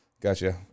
Gotcha